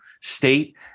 state